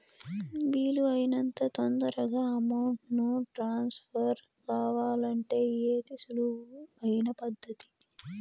వీలు అయినంత తొందరగా అమౌంట్ ను ట్రాన్స్ఫర్ కావాలంటే ఏది సులువు అయిన పద్దతి